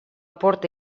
porta